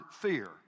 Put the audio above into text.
fear